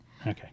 okay